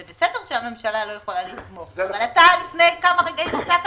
זה בסדר שהממשלה לא יכולה לתמוך אבל אתה לפני כמה רגעים הצעת